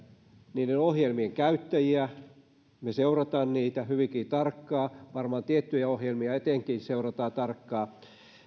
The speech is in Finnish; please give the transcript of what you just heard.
niiden ohjelmien käyttäjiä me seuraamme niitä hyvinkin tarkkaan varmaan tiettyjä ohjelmia etenkin seurataan tarkkaan